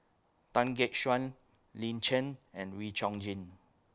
Tan Gek Suan Lin Chen and Wee Chong Jin